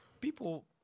People